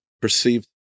perceived